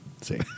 See